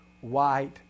white